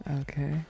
Okay